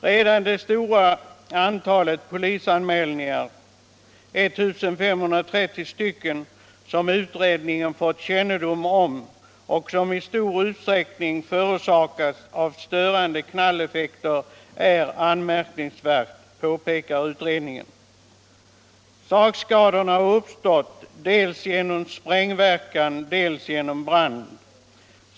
Redan det stora antalet polisanmälningar — 1 530 — som utredningen har fått kännedom om och som i stor utsträckning förorsakats av störande knalleffekter är anmärkningsvärt, påpekar utredningen. Sakskadorna har uppstått dels genom sprängverkan, dels genom brand.